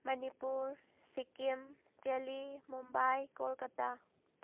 Manipur Sikkim Delhi Mumbai Kolkata